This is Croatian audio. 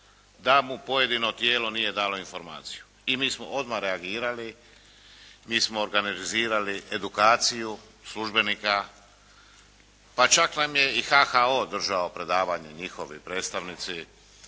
da mu pojedino tijelo nije dalo informaciju. I mi smo odmah reagirali. Mi smo organizirali edukaciju službenika, pa čak nam je i HHO držao predavanje, njihovi predstavnici